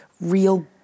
real